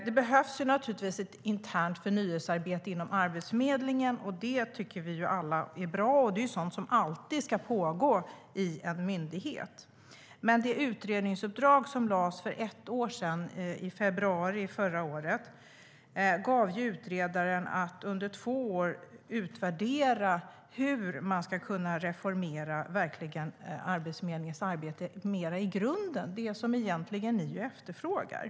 Det behövs naturligtvis ett internt förnyelsearbete inom Arbetsförmedlingen - det tycker vi alla är bra. Det är sådant som alltid ska pågå i en myndighet. Men det utredningsuppdrag som gavs för ett år sedan, i februari förra året, innebar att utredaren under två år skulle utvärdera hur man kan reformera Arbetsförmedlingens arbete mer i grunden - det är egentligen det som ni efterfrågar.